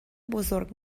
بزرگ